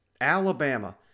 Alabama